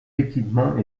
équipements